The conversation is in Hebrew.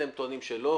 אתם טוענים שלא?